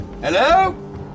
Hello